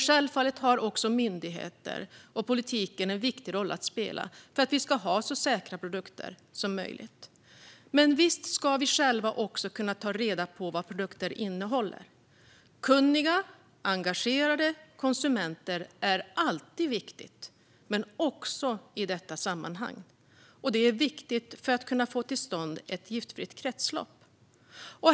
Självfallet har också myndigheter och politiken en viktig roll att spela för att vi ska ha så säkra produkter som möjligt, men visst ska vi själva kunna ta reda på vad produkter innehåller. Det är alltid viktigt med kunniga och engagerade konsumenter, också i detta sammanhang. Det är viktigt för att kunna få till stånd ett giftfritt kretslopp.